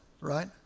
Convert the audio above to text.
right